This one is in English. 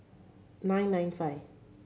nine nine five